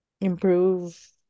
improve